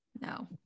No